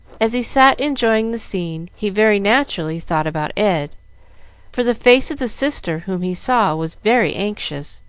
as he sat enjoying the scene, he very naturally thought about ed for the face of the sister whom he saw was very anxious,